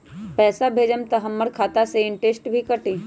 पैसा भेजम त हमर खाता से इनटेशट भी कटी?